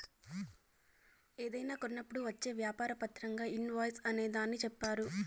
ఏదైనా కొన్నప్పుడు వచ్చే వ్యాపార పత్రంగా ఇన్ వాయిస్ అనే దాన్ని చెప్తారు